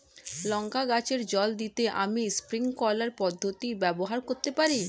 লঙ্কা গাছে জল দিতে আমি স্প্রিংকলার পদ্ধতি ব্যবহার করতে পারি?